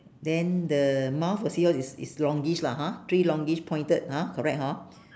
then the mouth of seahorse is is longish lah hor three longish pointed ha correct hor